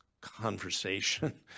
conversation